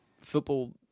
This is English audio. football